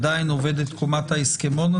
עדיין עובדת קומת ההסכמון,